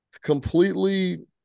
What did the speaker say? Completely –